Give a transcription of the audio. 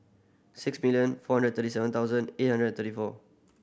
six million four hundred thirty seven thousand eight hundred thirty four